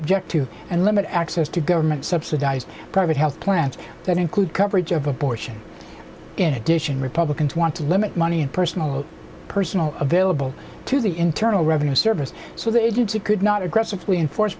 object to and limit access to government subsidized private health plans that include coverage of abortion in addition republicans want to limit money and personal personal available to the internal revenue service so the agency could not aggressively enforce